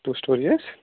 two story حظ